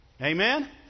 Amen